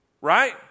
Right